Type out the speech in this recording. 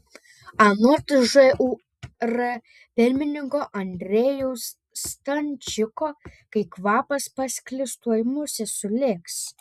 anot žūr pirmininko andriejaus stančiko kai kvapas pasklis tuoj musės sulėks